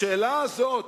השאלה הזאת,